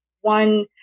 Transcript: one